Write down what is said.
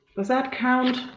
that count?